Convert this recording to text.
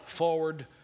Forward